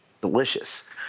Delicious